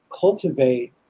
cultivate